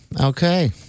Okay